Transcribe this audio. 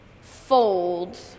fold